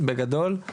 אני